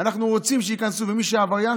אנחנו רוצים שייכנסו ומי שעבריין,